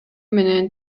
менен